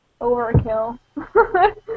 overkill